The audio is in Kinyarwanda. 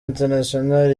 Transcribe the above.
international